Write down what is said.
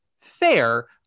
fair